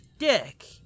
dick